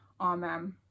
Amen